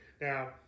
now